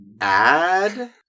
add